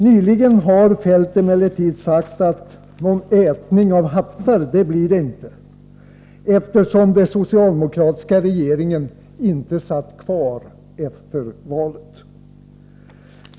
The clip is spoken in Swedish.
Nyligen har Feldt emellertid sagt att det inte skulle bli någon ätning av hattar, eftersom den socialdemokratiska regeringen inte satt kvar efter valet.